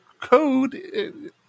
code